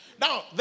Now